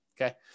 okay